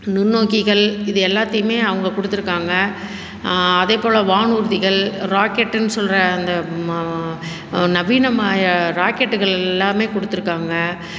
நுண்ணோக்கிகள் இது எல்லாத்தையுமே அவங்க கொடுத்துருக்காங்க அதே போல வானூர்திகள் ராக்கெட்டுன்னு சொல்ற அந்த ம நவீனமய ராக்கெட்டுகள் எல்லாமே கொடுத்துருக்காங்க